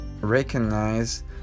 recognize